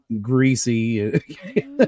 greasy